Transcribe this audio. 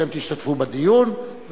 אתם תשתתפו בדיון,